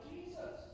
Jesus